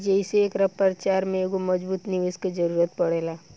जेइसे एकरा प्रचार में एगो मजबूत निवेस के जरुरत पड़ेला